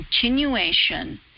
continuation